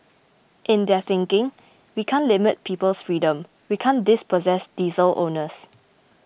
in their thinking we can't limit people's freedom we can't dispossess diesel owners